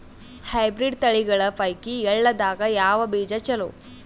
Hybrid ತಳಿಗಳ ಪೈಕಿ ಎಳ್ಳ ದಾಗ ಯಾವ ಬೀಜ ಚಲೋ?